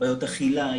בעיות אכילה,